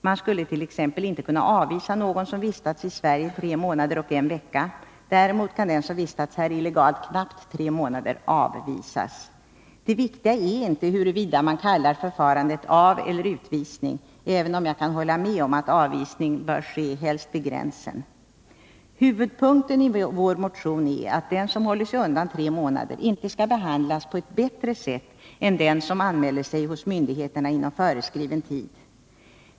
Man skulle t.ex. inte kunna avvisa någon som vistats i Sverige tre månader och en vecka. Däremot kan den som vistats här illegalt knappt tre månader avvisas. Det viktiga är inte huruvida man kallar förfarandet aveller utvisning — även om jag kan hålla med om att avvisning helst bör ske vid gränsen. Huvudpunkten i vår motion är att den som håller sig undan tre månader inte skall behandlas på ett bättre sätt än den som anmäler sig hos myndigheterna inom föreskriven tid.